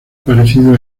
aparecido